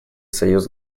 союз